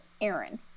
Aaron